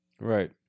right